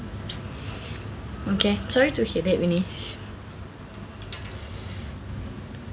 okay sorry to hear that vinesh